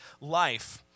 life